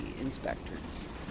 inspectors